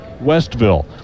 Westville